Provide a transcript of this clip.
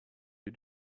you